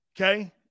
Okay